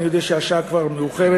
אני יודע שהשעה כבר מאוחרת,